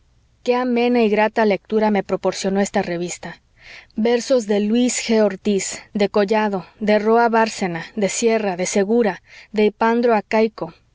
qué amena y grata lectura me proporcionó esta revista versos de luís g ortiz de collado de roa bárcena de sierra de segura de ipandro acaico